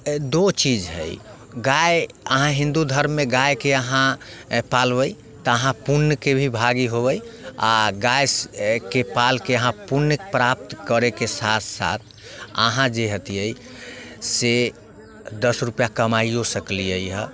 दो चीज हइ गाय अहाँक हिंदू धर्ममे गायके अहाँ पालबै तऽ अहाँ पुण्यके भी भागी होबै आ गायके पालके अहाँ पुण्य प्राप्त करयके साथ साथ अहाँ जे हतियै से दस रूपैआ कमाइओ सकलियै हे